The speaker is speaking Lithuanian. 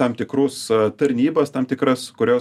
tam tikrus tarnybas tam tikras kurios